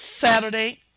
Saturday